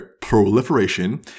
proliferation